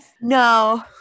No